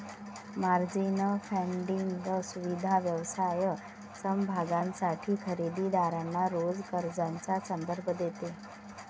margin funding सुविधा व्यवसाय समभागांसाठी खरेदी दारांना रोख कर्जाचा संदर्भ देते